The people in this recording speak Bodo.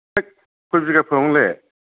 होद कइ बिघा फोआमोन नोंलाय